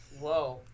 Whoa